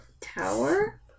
Tower